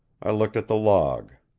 i looked at the log.